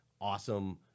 awesome